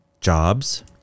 Jobs